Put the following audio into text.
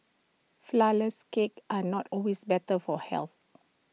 Flourless Cakes are not always better for health